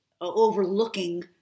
overlooking